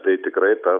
tai tikrai per